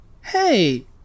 Hey